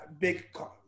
big